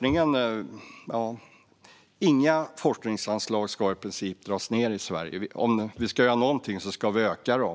Inga forskningsanslag ska i princip dras ned i Sverige. Om vi ska gör någonting så ska vi öka dem.